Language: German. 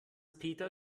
peter